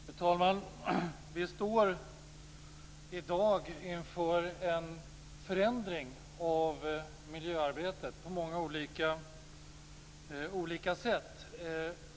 Fru talman! Vi står i dag inför en förändring av miljöarbetet på många olika sätt.